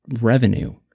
revenue